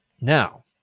Now